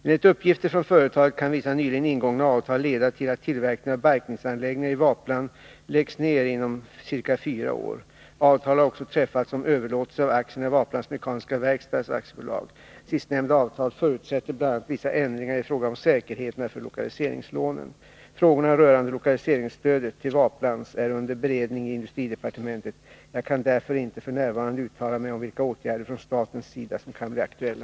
Enligt uppgifter från företaget kan vissa nyligen ingångna avtal leda till att tillverkningen av barkningsanläggningar i Vaplan läggs ned inom ca fyra år. 93 Avtal har också träffats om överlåtelse av aktierna i Waplans Mekaniska Verkstads AB. Sistnämnda avtal förutsätter bl.a. vissa ändringar i fråga om säkerheterna för lokaliseringslånen. Frågorna rörande lokaliseringsstödet till Waplans är under beredning i industridepartementet. Jag kan därför inte f. n. uttala mig om vilka åtgärder från statens sida som kan bli aktuella.